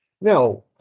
Now